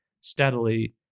steadily